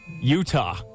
Utah